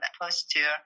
posture